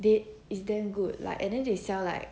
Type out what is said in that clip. they is damn good like and then they sell like